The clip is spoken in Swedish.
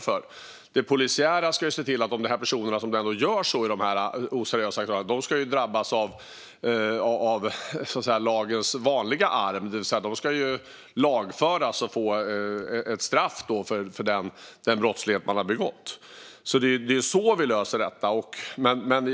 I fråga om det polisiära ska vi se till att de oseriösa aktörerna ska drabbas av lagens vanliga arm, det vill säga de ska lagföras och få ett straff för den brottslighet de har begått. Det är så vi löser detta.